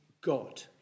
God